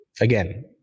again